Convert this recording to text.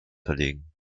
verlegen